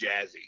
jazzy